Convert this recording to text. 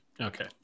Okay